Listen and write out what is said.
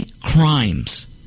crimes